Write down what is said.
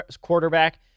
quarterback